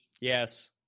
Yes